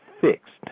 fixed